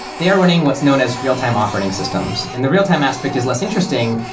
they are running what's known as real-time operating systems. and the real-time aspect is less interesting,